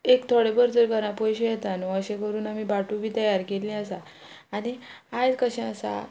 एक थोडे भर तर घरा पयशे येता न्हू अशें करून आमी बाटू बी तयार केल्लें आसा आनी आयज कशें आसा